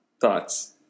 Thoughts